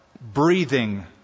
breathing